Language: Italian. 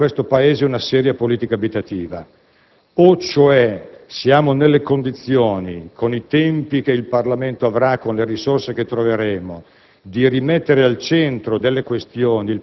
sulla necessità che si riapra in questo Paese una seria politica abitativa: o siamo nelle condizioni, con i tempi che il Parlamento avrà, con le risorse che troveremo,